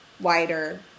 wider